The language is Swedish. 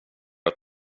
att